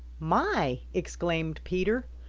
my! exclaimed peter.